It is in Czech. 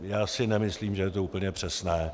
Já si nemyslím, že je to úplně přesné.